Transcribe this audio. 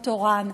הוא תורן.